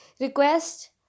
request